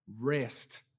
rest